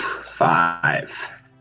Five